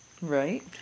right